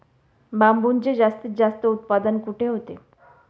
बांबूचे जास्तीत जास्त उत्पादन कुठे होते?